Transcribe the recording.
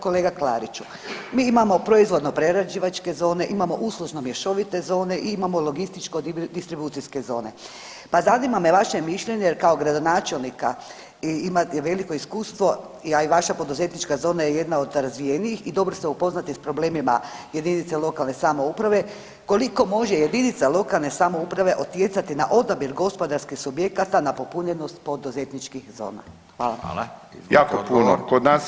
Kolega Klariću, mi imamo proizvodno-prerađivačke zone, imamo uslužno-mješovite zone i imamo logističko-distribucijske zone pa zanima me vaše mišljenje, jer kao gradonačelnika i imate veliko iskustvo, a i vaša poduzetnička zona je jedna od razvijenijih i dobro ste upoznati s problemima jedinicama lokalne samouprave, koliko može jedinica lokalne samouprave utjecati na odabir gospodarskih subjekata na popunjenost poduzetničkih zona?